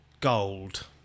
gold